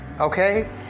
okay